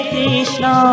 Krishna